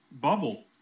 bubble